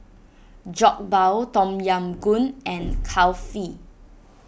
Jokbal Tom Yam Goong and Kulfi